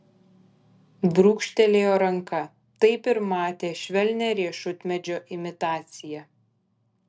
brūkštelėjo ranka taip ir matė švelnią riešutmedžio imitaciją